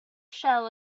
shell